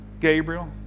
Gabriel